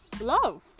love